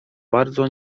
bardzo